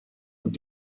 und